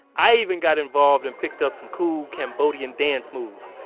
i even got involved and picked up some cool cambodian dance moves.